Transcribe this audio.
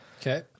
Okay